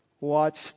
watch